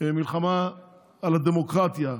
מלחמה על הדמוקרטיה,